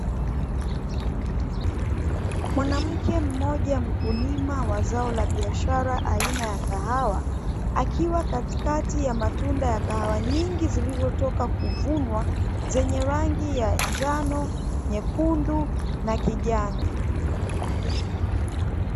Mwanamke mmoja mkulima wa zao la biashara aina ya kahawa, akiwa katikati ya matunda ya kahawa nyingi zilizotoka kuvunwa zenye rangi ya Njano, Nyekundu na Kijani.